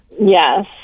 Yes